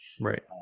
right